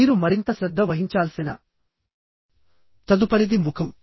మీరు మరింత శ్రద్ధ వహించాల్సిన తదుపరిది ముఖం